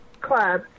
club